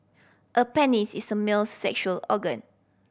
a penis is a male's sexual organ